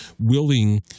willing